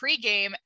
pregame